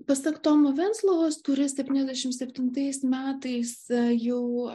pasak tomo venslovos kuris septyniasdešimt septintais metais jau